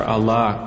Allah